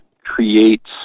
creates